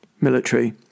military